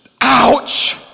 Ouch